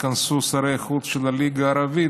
התכנסו שרי חוץ של הליגה הערבית,